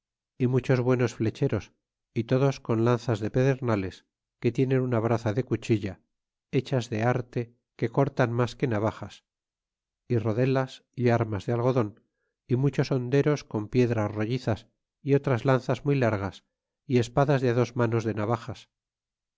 y muchos buenos flecheros y otros con lanzas de pedernales que tienen una braza de cuchilla hechas de arte que cortan mas que navajas y rodelas y armas de algodon y muchos honderos con piedras rollizas e otras lanzas muy largas y espadas de á dos manos de navajas